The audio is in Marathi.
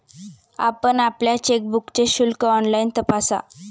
आपण आपल्या चेकबुकचे शुल्क ऑनलाइन तपासा